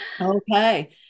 okay